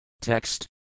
Text